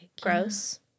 Gross